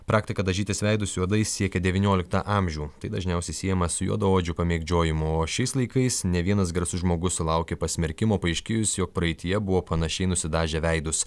praktika dažytis veidus juodai siekia devynioliktą amžių tai dažniausiai siejama su juodaodžių pamėgdžiojimu o šiais laikais ne vienas garsus žmogus sulaukė pasmerkimo paaiškėjus jog praeityje buvo panašiai nusidažę veidus